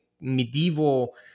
medieval